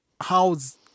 how's